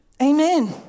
Amen